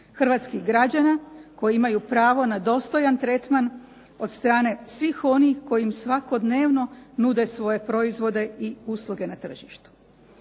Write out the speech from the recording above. Hrvatskih građana koji imaju pravo na dostojan tretman od strane svih onih koji im svakodnevno nude svoje proizvode i usluge na tržištu.